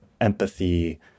empathy